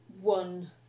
one